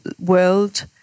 world